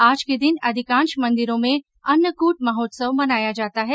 आज के दिन अधिकांश मन्दिरों में अन्नकूट महोत्सव मनाया जाता है